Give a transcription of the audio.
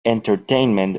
entertainment